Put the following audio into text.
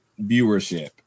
viewership